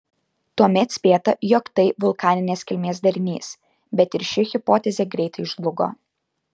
tuomet spėta jog tai vulkaninės kilmės darinys bet ir ši hipotezė greitai žlugo